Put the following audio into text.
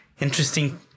interesting